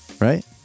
right